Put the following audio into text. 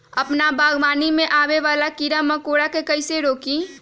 अपना बागवानी में आबे वाला किरा मकोरा के कईसे रोकी?